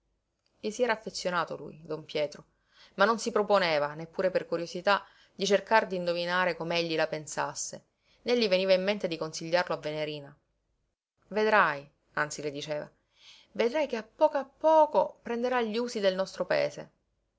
gli si era affezionato lui don pietro ma non si proponeva neppure per curiosità di cercar d'indovinare com'egli la pensasse né gli veniva in mente di consigliarlo a venerina vedrai anzi le diceva vedrai che a poco a poco prenderà gli usi del nostro paese